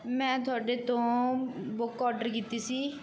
ਮੈਂ ਤੁਹਾਡੇ ਤੋਂ ਬੁੱਕ ਆਰਡਰ ਕੀਤੀ ਸੀ